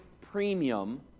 premium